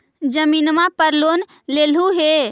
जमीनवा पर लोन लेलहु हे?